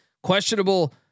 questionable